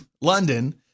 London